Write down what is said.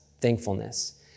thankfulness